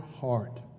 heart